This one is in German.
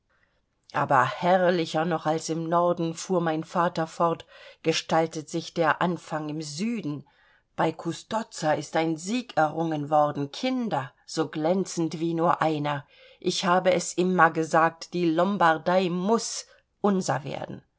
aber herrlicher noch als im norden fuhr mein vater fort gestaltet sich der anfang im süden bei custozza ist ein steg errungen worden kinder so glänzend wie nur einer ich habe es immer gesagt die lombardei muß unser werden